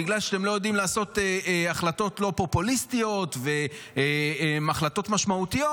בגלל שאתם לא יודעים לעשות החלטות לא פופוליסטיות והחלטות משמעותיות,